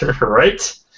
Right